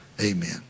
Amen